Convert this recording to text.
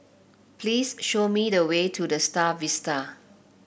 please show me the way to The Star Vista